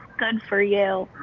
good for you.